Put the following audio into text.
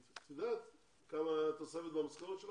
מה תהיה התוספת למשכורת שלך?